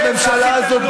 לא, תתייחס לחוק הזה.